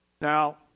now